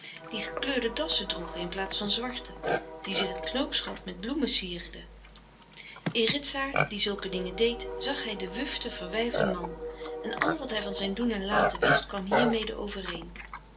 die gekleurde dassen droegen in plaats van zwarte die zich t knoopsgat met bloemen sierden in ritsaart die zulke dingen deed zag hij den wuften verwijfden man en al wat hij van zijn doen en laten wist kwam hiermede overeen